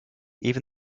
even